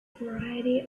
variety